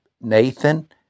Nathan